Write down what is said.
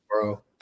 bro